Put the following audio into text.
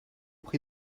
prie